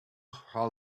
how